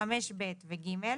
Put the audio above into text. (5)(ב) ו-(ג),